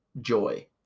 joy